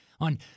on